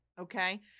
Okay